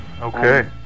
okay